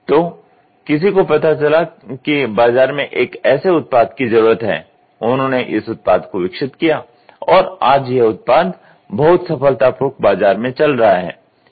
तो किसी को पता चला कि बाजार में एक ऐसे उत्पाद की जरूरत है उन्होंने इस उत्पाद को विकसित किया और आज यह उत्पाद बहुत सफलतापूर्वक बाजार में चल रहा है